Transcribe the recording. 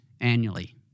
annually